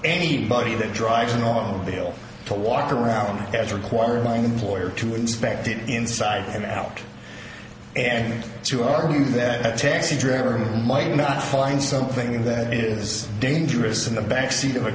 anybody that drives an automobile to walk around as required by an employer to inspect it inside and out and to argue that taxi driver might not find something that is dangerous in the backseat of a